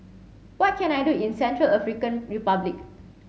what can I do in Central African Republic